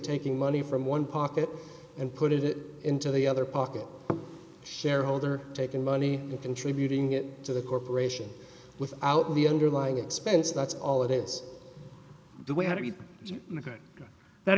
taking money from one pocket and put it into the other pocket shareholder taking money contributing it to the corporation without the underlying expense that's all and it's the way to look at that